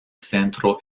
centro